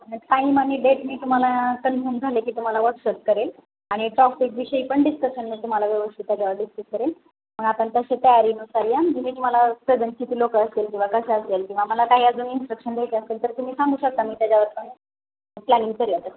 टाम आणि डेट मी तुम्हाला कन्फर्म झाले की तुम्हाला वॉट्सअप करेल आणि टॉपिकविषयीपण डिस्कशन मग तुम्हाला व्यवस्थित त्याच्यावर डिस्कस करेल मग आपण तसे तयारीनुसार या की तुम्हाला सज कि लोकं असेल किंवा कसं असेल किंवा मला काही अजून इन्स्ट्रक्शन द्यायचं असेल तर तुम्ही सांगू शकता मी त्याच्यावरपण प्लॅनिंग करूया